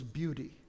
beauty